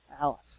Alice